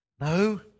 No